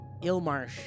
Ilmarsh